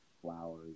flowers